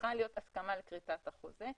צריכה להיות הסכמה לכריתת החוזה.